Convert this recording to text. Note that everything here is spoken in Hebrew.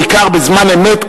בעיקר בזמן אמת,